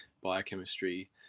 biochemistry